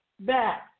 back